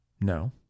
No